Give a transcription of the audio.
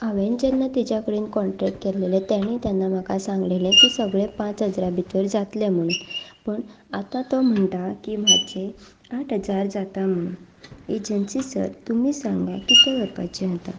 हांवें जेन्ना ताज्या कडेन क्रॉन्ट्रेक्ट केलेलें तांणे तेन्ना म्हाका सांगलेलें की सगलें पांच हजरा भितर जातलें म्हणून पण आतां तो म्हणटा की म्हजे आठ हजार जाता म्हणून एजंसी सर तुमा सांगा कितें करपाचें आतां